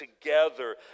together